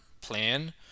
plan